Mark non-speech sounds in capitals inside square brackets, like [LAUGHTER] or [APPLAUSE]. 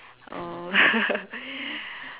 uh [LAUGHS]